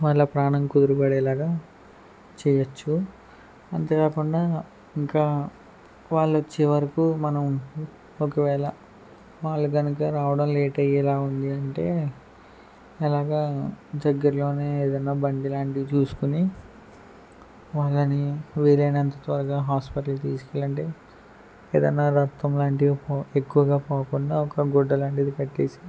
వాళ్ల ప్రాణం కుదురుపడేలాగా చేయొచ్చు అంతేకాకుండా ఇంకా వాళ్ళు వచ్చేవరకు మనం ఒకవేళ వాళ్ళు కనుక రావడం లేట్ అయ్యేలా ఉంది అంటే ఎలాగా దగ్గరలోనే ఏదైనా బండి లాంటిది చూసుకొని వాళ్లని వీలైనంత త్వరగా హాస్పిటల్ తీసుకెళ్ళండి ఏదైనా రక్తం లాంటివి ఎక్కువగా పోకుండా ఒక గుడ్డ లాంటిది కట్టేసి